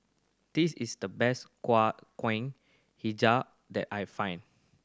this is the best hijau that I find